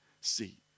see